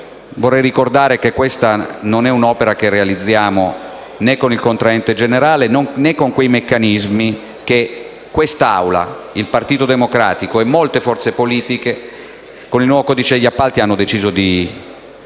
Vorrei ricordare che quest'opera non la realizziamo con il contraente generale, né con quei meccanismi che quest'Assemblea, il Partito Democratico e molte forze politiche con il nuovo codice degli appalti hanno deciso di